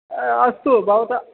अस्तु भवता